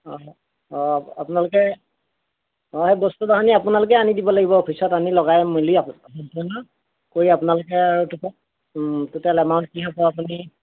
অঁ অঁ আপোনলোকে অঁ সেই বস্তু বাহানি আপোনালোকেই আনি দিব লাগিব অফিচত আমি লগাই মেলি সম্পূৰ্ণ কৰি আপোনালোকে টুটেল এমাউণ্ট কি হ'ব আপুনি